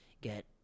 get